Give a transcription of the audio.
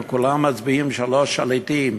וכולם מצביעים שלושה שליטים,